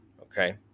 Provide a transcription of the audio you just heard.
okay